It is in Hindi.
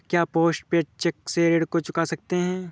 क्या पोस्ट पेड चेक से ऋण को चुका सकते हैं?